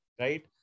right